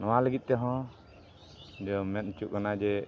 ᱱᱚᱣᱟ ᱞᱟᱹᱜᱤᱫ ᱛᱮᱦᱚᱸ ᱡᱮ ᱢᱮᱱ ᱦᱚᱪᱚᱜ ᱠᱟᱱᱟ ᱡᱮ